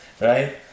right